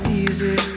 easy